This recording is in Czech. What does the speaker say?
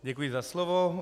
Děkuji za slovo.